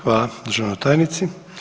Hvala državnoj tajnici.